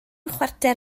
chwarter